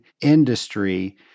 industry